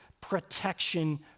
protection